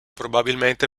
probabilmente